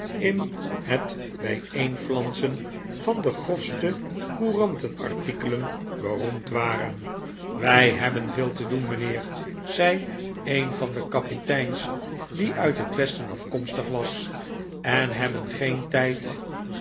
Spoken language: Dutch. in het bijeenflansen van de grofste couranten artikelen beroerad waren wij hebben veel te doen mijnheer zei een van de kapiteins die uit het westen afkomstig was en hebben geen tijd